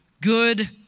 good